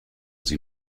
sie